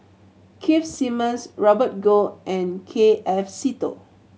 Keith Simmons Robert Goh and K F Seetoh